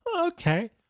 okay